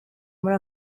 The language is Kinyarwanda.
muri